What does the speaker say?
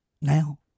now